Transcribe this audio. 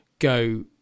go